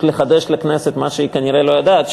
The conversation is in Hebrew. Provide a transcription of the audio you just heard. לחדש לכנסת מה שהיא כנראה לא יודעת,